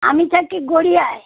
আমি থাকি গড়িয়ায়